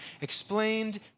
explained